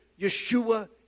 Yeshua